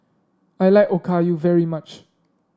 I like Okayu very much